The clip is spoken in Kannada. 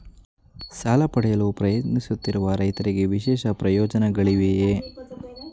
ಸಾಲ ಪಡೆಯಲು ಪ್ರಯತ್ನಿಸುತ್ತಿರುವ ರೈತರಿಗೆ ವಿಶೇಷ ಪ್ರಯೋಜನಗಳಿವೆಯೇ?